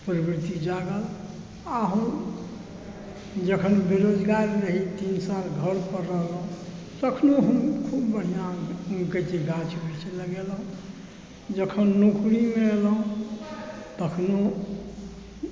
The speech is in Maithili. प्रवृति जागल आ हम जखन बेरोज़गार रही तीन साल घर पर रहलहुँ तखनो हम खूब बढ़िआँ ओ कहै छै गाछ वृक्ष लगेलहुँ जखन नौकरीमे एलहुँ तखनो